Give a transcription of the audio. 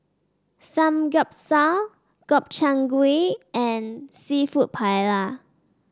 Samgyeopsal Gobchang Gui and seafood Paella